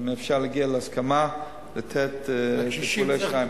אם אפשר להגיע להסכמה ולתת להם טיפולי שיניים.